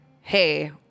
Hey